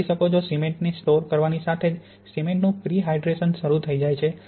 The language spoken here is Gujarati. તમે કરી શકો છો સિમેન્ટને સ્ટોર કરતાની સાથે જ સિમેન્ટનું પ્રિહાઇડ્રેશન શરૂ થઈ જાય છે